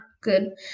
good